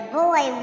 boy